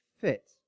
fit